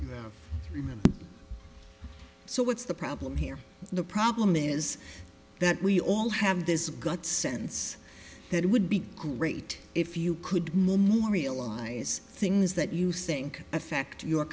care so what's the problem here the problem is that we all have this gut sense that it would be great if you could more more realize things that you think affect your